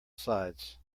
sides